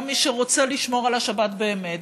גם מי שרוצה לשמור על השבת באמת,